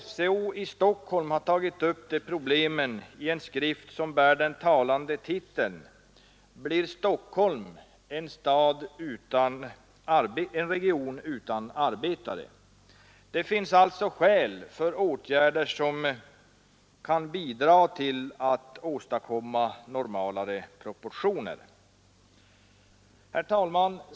FCO i Stockholm har tagit upp de problemen i en skrift som bär den talande titeln ”Blir Stockholm en region utan arbetare?” Det finns alltså skäl till åtgärder som kan bidra till att åstadkomma normalare proportioner.